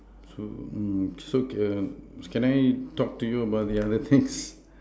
so mm so err can I talk to you about the other things